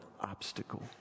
obstacle